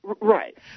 Right